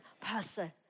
person